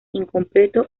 incompleto